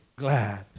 Glad